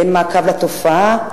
אין מעקב אחר התופעה,